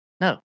no